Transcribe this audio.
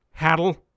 Haddle